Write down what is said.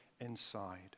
inside